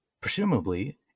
presumably